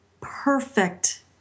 perfect